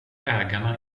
ägarna